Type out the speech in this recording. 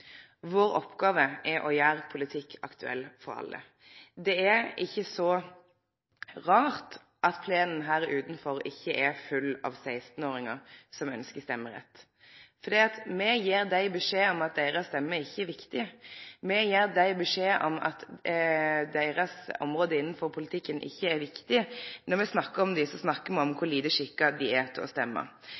Vår oppgave er å gjere politikken aktuell for alle. Det er ikkje så rart at plenen utanfor ikkje er full av 16-åringar som ynskjer stemmerett, fordi me gjev dei beskjed om at deira stemme ikkje er viktig. Me gjev dei beskjed om at deira område innanfor politikken ikkje er viktig. Når me snakkar om dei, snakkar me om kor lite skikka dei er til å